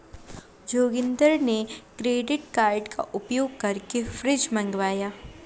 जोगिंदर ने credit card का उपयोग करके फ्रिज मंगवाया